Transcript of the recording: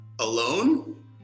alone